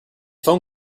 phone